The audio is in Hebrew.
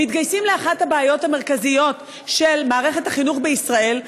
מתגייסים לאחת הבעיות המרכזיות של מערכת החינוך בישראל,